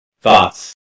Thoughts